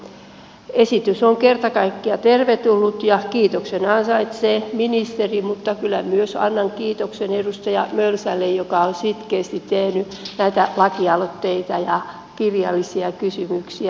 eli esitys on kerta kaikkiaan tervetullut ja kiitoksen ansaitsee ministeri mutta kyllä annan kiitoksen myös edustaja mölsälle joka on sitkeästi tehnyt näitä lakialoitteita ja kirjallisia kysymyksiä